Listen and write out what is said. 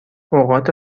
اوقات